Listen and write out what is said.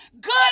Good